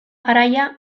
garaia